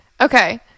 okay